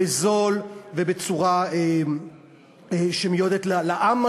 בזול ובצורה שמיועדת לעם,